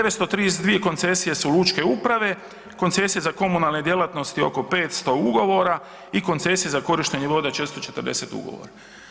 932 koncesije su lučke uprave, koncesije za komunalne djelatnosti oko 500 ugovora i koncesije za korištenje vode 440 ugovora.